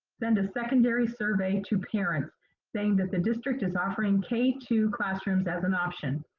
send a secondary survey to parents saying that the district is offering k two classrooms as an option,